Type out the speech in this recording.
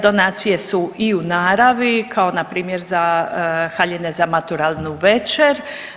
Donacije su i u naravi, kao npr. za haljine za maturalnu večer.